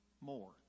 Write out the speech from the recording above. more